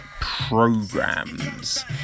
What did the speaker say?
Programs